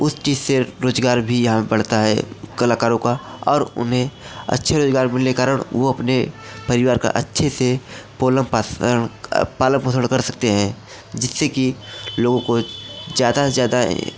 उस चीज़ से रोज़गार भी यहाँ बढ़ता है कलाकारों का और उन्हें अच्छे रोज़गार मिलने के कारण वह अपने परिवार का अच्छे से पोलन पाषण पालन पोषण कर सकते हैं जिससे कि लोगों को ज़्यादा से ज़्यादा